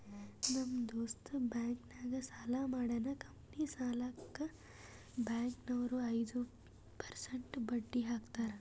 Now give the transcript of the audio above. ನಮ್ ದೋಸ್ತ ಬ್ಯಾಂಕ್ ನಾಗ್ ಸಾಲ ಮಾಡ್ಯಾನ್ ಕಂಪನಿ ಸಲ್ಯಾಕ್ ಬ್ಯಾಂಕ್ ನವ್ರು ಐದು ಪರ್ಸೆಂಟ್ ಬಡ್ಡಿ ಹಾಕ್ಯಾರ್